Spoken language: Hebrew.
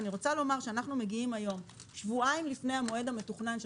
אנחנו מגיעים היום שבועיים לפני המועד המתוכנן של